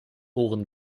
ohren